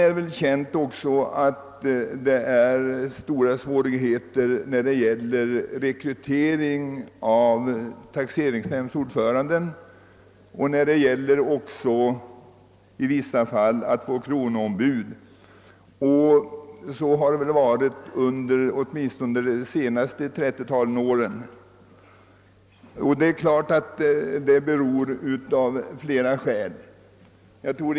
Det är också känt att man har stora svårigheter med rekryteringen av taxeringsnämndsordförandena och i vissa fall även av kronoombuden. Så har varit fallet under åtminstone de senaste 30 åren och orsaken härtill är att söka i flera förhållanden.